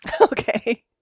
Okay